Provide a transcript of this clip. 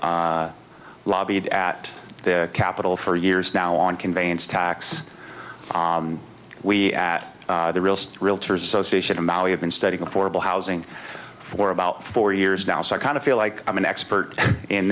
i've lobbied at the capitol for years now on conveyance tax we at the real realtors association of maui have been studying affordable housing for about four years now so i kind of feel like i'm an expert in